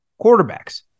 quarterbacks